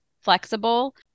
flexible